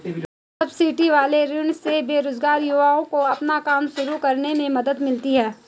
subsidy वाले ऋण से बेरोजगार युवाओं को अपना काम शुरू करने में मदद मिलती है